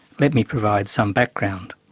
let me provide some background.